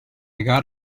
got